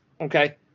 Okay